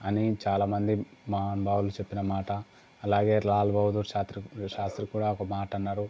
అని చాలామంది మహానుభావులు చెప్పిన మాట అలాగే లాల్ బహుదూర్ శాస్త్రి కూడా ఒక మాట అన్నారు